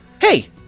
Hey